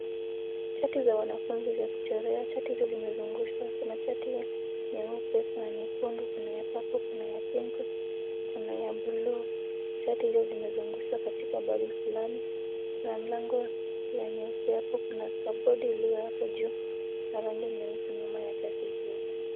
Chati za wanafunzi vya kuchorea. Chati hizo zimezungushwa, kuna chati ya nyeupe, kuna nyekundu, kuna ya purple , kuna ya pink , kuna ya buluu. Chati hizo zimezungushwa katika begi fulani na mlango ya nyeupe hapo, kuna cupboard iliyo hapo juu na rangi nyeusi nyuma ya chati hizo.